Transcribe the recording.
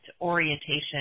orientation